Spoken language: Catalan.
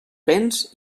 béns